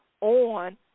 on